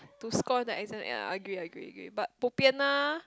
to score the exams ya I agree I agree agree but bo pian ah